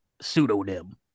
pseudonym